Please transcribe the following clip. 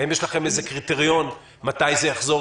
האם יש לכם איזה קריטריון מתי זה יחזור